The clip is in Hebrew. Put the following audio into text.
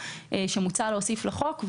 שמוצע להוסיף לחוק,